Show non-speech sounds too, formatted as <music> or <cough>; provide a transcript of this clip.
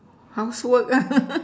housework ah <laughs>